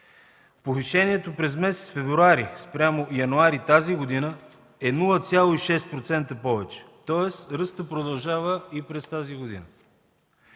Повишението през месец февруари спрямо януари тази година е 0,6% повече, тоест ръстът продължава и през тази година.